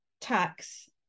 tax